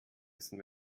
essen